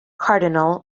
cardinal